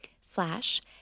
slash